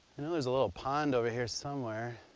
you know is a little pond over here somewhere.